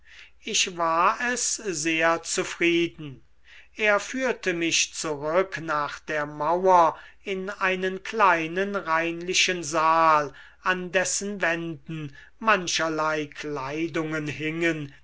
ich war es sehr zufrieden er führte mich zurück nach der mauer in einen kleinen reinlichen saal an dessen wänden mancherlei kleidungen hingen